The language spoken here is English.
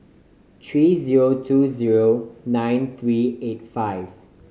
three zero two zero nine three eight five